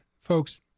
Folks